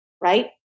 right